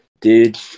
Dude